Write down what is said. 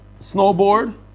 snowboard